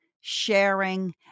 sharing